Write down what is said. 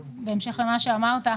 בהמשך למה שאמר חבר הכנסת אזולאי,